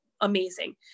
Amazing